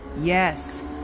Yes